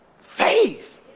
faith